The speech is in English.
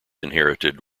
inherited